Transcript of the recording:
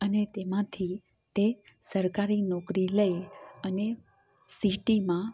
અને તેમાંથી તે સરકારી નોકરી લઈ અને સિટીમાં